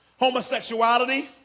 homosexuality